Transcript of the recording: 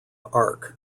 arc